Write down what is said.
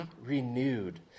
renewed